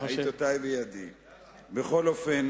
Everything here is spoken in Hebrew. בכל אופן,